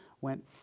went